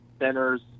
centers